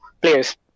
players